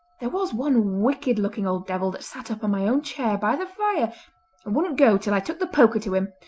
there was one wicked looking old devil that sat up on my own chair by the fire, and wouldn't go till i took the poker to him,